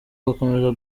ugakomeza